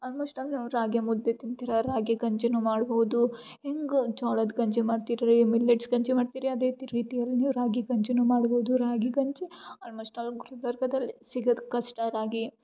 almost all ನಿವು ರಾಗಿಮುದ್ದೆ ತಿಂತೀರ ರಾಗಿ ಗಂಜಿ ಮಾಡ್ಬೌದು ಹಿಂಗೆ ಜೋಳದ ಗಂಜಿ ಮಾಡ್ತಿರ್ರಿ ಮಿಲ್ಲೆಟ್ಸ್ ಗಂಜಿ ಮಾಡ್ತೀರಿ ಅದೇ ತಿ ರೀತಿಯಲ್ಲಿ ನೀವು ರಾಗಿ ಗಂಜಿ ಮಾಡ್ಬೌದು ರಾಗಿ ಗಂಜಿ ಆಲ್ಮೋಸ್ಟ್ ಆಲ್ ಗುಲ್ಬರ್ಗದಲ್ಲಿ ಸಿಗೋದು ಕಷ್ಟ ರಾಗಿ